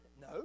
No